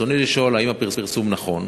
רצוני לשאול: 1. האם הפרסום נכון?